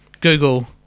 Google